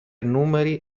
numeri